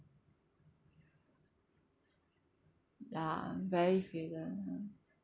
ya very failure